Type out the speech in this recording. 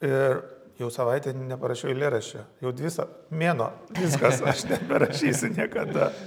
ir jau savaitę neparašiau eilėraščio jau sav mėnuo viskas aš neberašysiu niekada